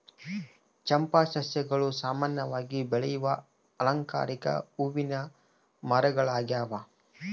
ಚಂಪಾ ಸಸ್ಯಗಳು ಸಾಮಾನ್ಯವಾಗಿ ಬೆಳೆಯುವ ಅಲಂಕಾರಿಕ ಹೂವಿನ ಮರಗಳಾಗ್ಯವ